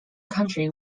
country